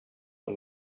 per